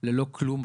ללא כלום,